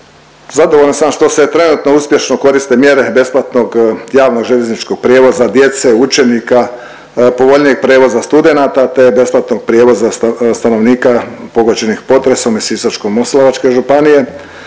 Zadovoljan što se trenutno uspješno koriste mjere besplatnog javnog željezničkog prijevoza djece, učenika, povoljnijeg prijevoza studenata te besplatnog prijevoza stanovnika pogođenih potresom iz Sisačko-moslavačke županije.